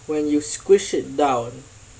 when you squish it down